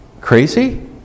crazy